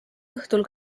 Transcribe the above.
õhtul